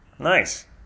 Nice